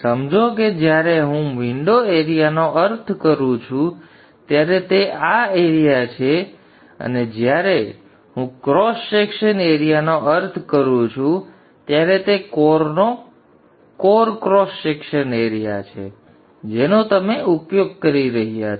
તેથી સમજો કે જ્યારે હું વિન્ડો એરિયાનો અર્થ કરું છું ત્યારે તે આ એરીયા છે અને જ્યારે હું કોર ક્રોસ સેક્શન એરિયાનો અર્થ કરું છું ત્યારે તે કોરનો કોર ક્રોસ સેક્શન એરિયા છે જેનો તમે ઉપયોગ કરી રહ્યા છો